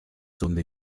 donde